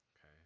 Okay